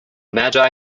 magi